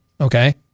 Okay